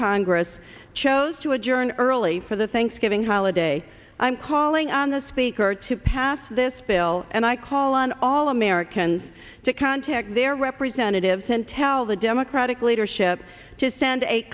congress chose to adjourn early for the thanksgiving holiday i'm calling on the speaker to pass this bill and i call on all americans to contact their representatives and tell the democratic leadership to send a